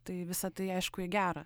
tai visa tai aišku į gera